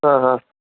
हा हा